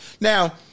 Now